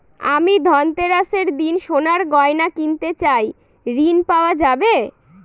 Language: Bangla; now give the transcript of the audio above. আমি ধনতেরাসের দিন সোনার গয়না কিনতে চাই ঝণ পাওয়া যাবে?